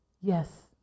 Yes